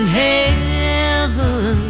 heaven